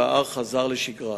וההר חזר לשגרה.